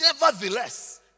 Nevertheless